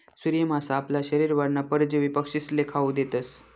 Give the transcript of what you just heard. सूर्य मासा आपला शरीरवरना परजीवी पक्षीस्ले खावू देतस